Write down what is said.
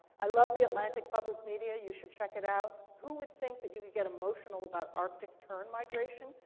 i love the atlantic public media. you should check it out. who would think that you would get emotional about arctic turn migration?